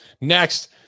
Next